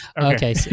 Okay